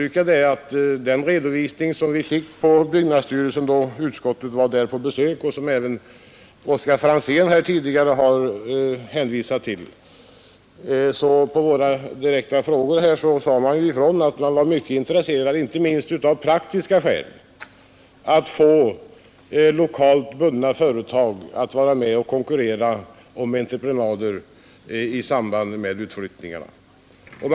Detta betänkande är nu föremål för behandling i Kungl. lokalt sett, i samband med na understryka att när vi vid utskottets besök på byggnadsstyrelsen fick en redovi ning, som Oscar Franzén här tidigare har hänvisat till, svarade man på våra direkta frågor att man var mycket intresserad, även av praktiska skäl, att få lokalt bundna företag att vara med och konkurrera om entreprenader i samband med utflyttningarna.